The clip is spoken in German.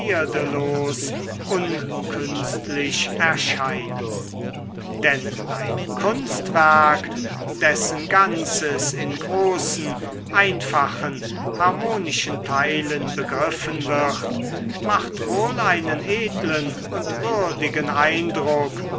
unkünstlich erscheinen denn ein kunstwerk dessen ganzes in großen einfachen harmonischen teilen begriffen wird macht wohl einen edlen und würdigen eindruck